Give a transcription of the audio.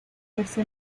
verse